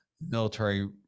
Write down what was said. military